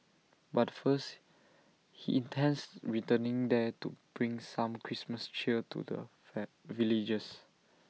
but first he intends returning there to bring some Christmas cheer to the van villagers